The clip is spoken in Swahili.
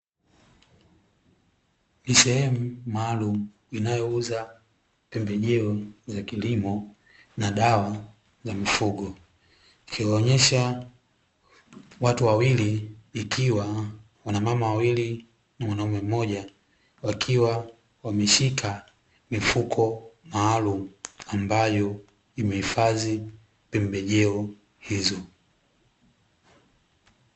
Ni sehemu maalumu inayouza pembejeo za kilimo na dawa za mifugo ikiwaonyesha watu wawili, ikiwa wanamama wawili na mwanaume mmoja wakiwa wameshika mifuko maalumu ambayo imehifadhi pembejeo hizo.